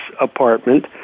apartment